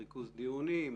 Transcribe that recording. ריכוז דיונים,